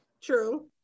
true